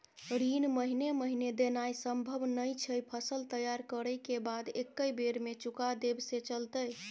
ऋण महीने महीने देनाय सम्भव नय छै, फसल तैयार करै के बाद एक्कै बेर में चुका देब से चलते?